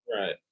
right